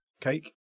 cake